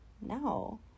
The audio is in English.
No